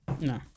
No